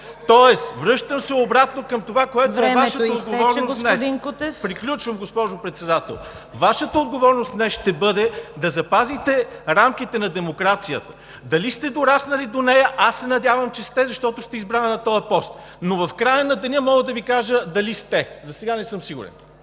изтече, господин Кутев! АНТОН КУТЕВ: …Вашата отговорност днес. Приключвам, госпожо Председател. Вашата отговорност днес ще бъде да запазите рамките на демокрацията. Дали сте дораснали до нея – аз се надявам, че сте, защото сте избрана на този пост, но в края на деня мога да Ви кажа, дали сте. Засега не съм сигурен!